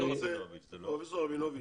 פרופ' רבינוביץ',